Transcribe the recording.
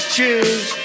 choose